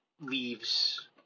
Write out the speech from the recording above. leaves